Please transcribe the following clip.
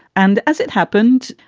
and as it happened,